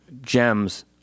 gems